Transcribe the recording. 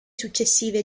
successive